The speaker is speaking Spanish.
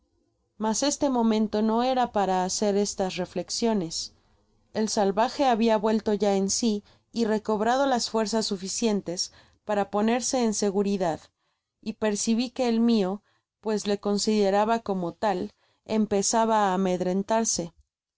mas este momento no era para hacer estas reflexiones el salvaje habia vuelto ya en si y recobrado las fuerzas suficientes para ponerse en seguridad y percibi que el mio pues le consideraba como tal empezaba á amedrentarse